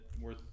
worth